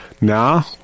Now